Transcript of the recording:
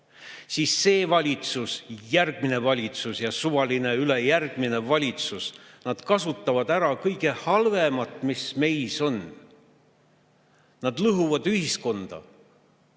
siis see valitsus, järgmine valitsus ja suvaline ülejärgmine valitsus kasutavad ära kõige halvemat, mis meis on. Nad lõhuvad ühiskonda.